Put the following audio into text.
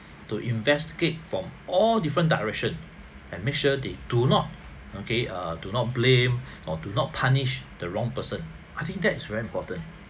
to investigate from all different direction and make sure they do not okay err do not blame or do not punish the wrong person I think that is very important